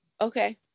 okay